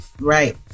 Right